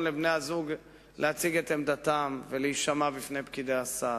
לבני-הזוג להציג את עמדתם ולהישמע בפני פקידי הסעד.